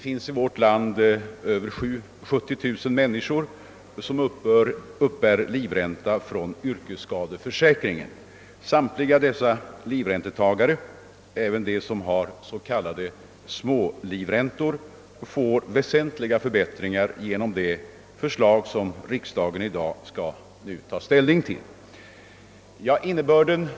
I vårt land finns det över 70 000 människor som uppbär livränta från yrkesskadeförsäkringen. Samtliga dessa livräntetagare, även de som har s.k. smålivräntor, får väsentliga förbättringar genom det förslag som riksdagen nu skall ta ställning till.